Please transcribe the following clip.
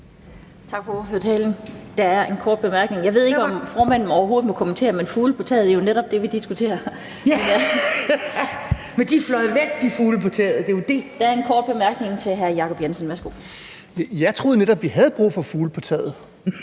Jeg troede netop, at vi havde brug for fugle på taget;